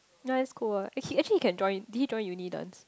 ya it's good what eh he actually can join did he join uni dance